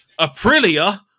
Aprilia